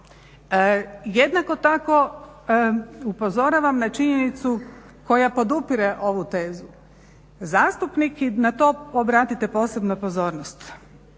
Jednako tako upozoravam na činjenicu koja podupire ovu tezu. Zastupnik i na to obratite posebno pozornost,